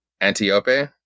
Antiope